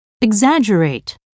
Exaggerate